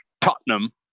Tottenham